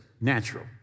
natural